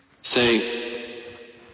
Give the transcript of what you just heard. Say